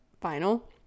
final